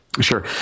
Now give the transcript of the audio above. Sure